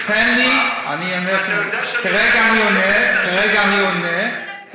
אתה יודע שאני עוסק בנושא עשר שנים.